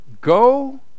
Go